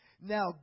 Now